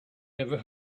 never